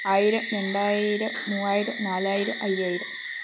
ആയിരം രണ്ടായിരം മൂവായിരം നാലായിരം അയ്യായിരം